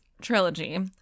trilogy